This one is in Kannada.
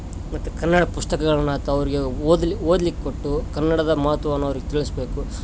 ಮತ್ತು ಕನ್ನಡ ಪುಸ್ತಕಗಳನ್ನಾತು ಅವರಿಗೆ ಓದ್ಲಿಕ್ಕೆ ಕೊಟ್ಟು ಕನ್ನಡದ ಮಹತ್ವವನ್ನು ಅವ್ರಿಗೆ ತಿಳಿಸಬೇಕು